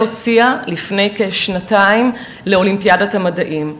הוציאה לפני כשנתיים לאולימפיאדת המדעים.